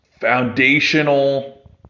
foundational